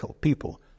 people